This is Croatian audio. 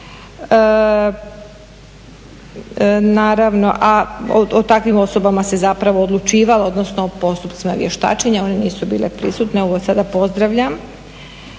suda, a o takvim osobama se odlučivalo odnosno u postupcima vještačenja one nisu bile prisutne. Ovo sada pozdravljam.